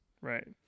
Right